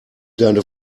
deine